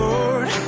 Lord